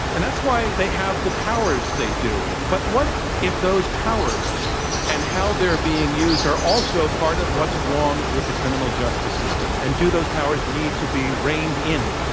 and that's why they have the powers they do. but what if those powers and how they are being used are also a part of what's wrong with the criminal justice system? and do those powers need to be reined in?